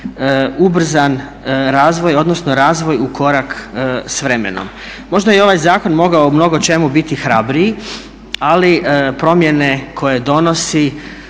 ubrzan razvoj odnosno razvoj u korak s vremenom. Možda je ovaj zakon mogao u mnogo čemu biti hrabriji, ali promjene koje donosi